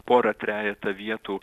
porą trejetą vietų